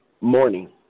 morning